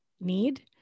need